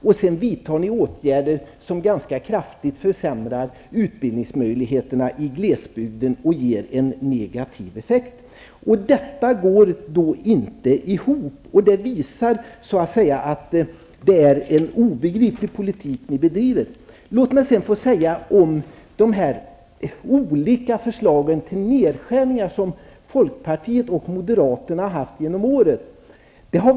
Men ni vidtar åtgärder som innebär att utbildningsmöjligheterna i glesbygden ganska kraftigt försämras och som ger en negativ effekt. Det hela går inte ihop. Allt detta visar att den politik som ni bedriver är obegriplig. Sedan några ord om de olika förslag till nedskärningar som folkpartiet och moderaterna genom åren har haft.